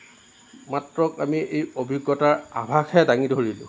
মাত্ৰ আমি এই অভিজ্ঞতাৰ আভাসহে দাঙি ধৰিলোঁ